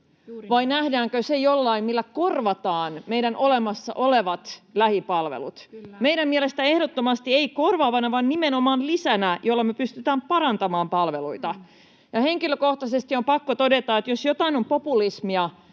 vai nähdäänkö se jonain, millä korvataan meidän olemassa olevat lähipalvelut. [Välihuutoja keskustasta] Meidän mielestämme ehdottomasti ei korvaavana vaan nimenomaan lisänä, jolloin me pystytään parantamaan palveluita. Ja henkilökohtaisesti on pakko todeta, että jos jokin on populismia,